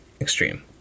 extreme